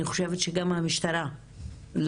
אני חושבת שגם המשטרה לא